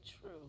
true